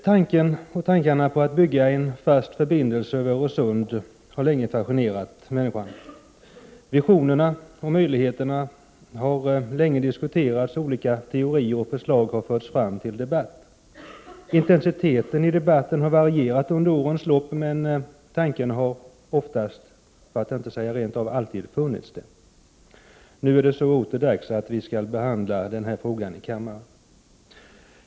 Herr talman! Tankarna på att bygga en fast förbindelse över Öresund har länge fascinerat människan. Visionerna och möjligheterna har länge diskuterats, och olika teorier och förslag har förts fram till debatt. Intensiteten i debatten har varierat under årens lopp, men tanken har oftast, för att inte säga alltid, funnits där. Nu är det så åter dags att behandla frågan i kammaren.